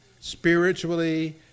Spiritually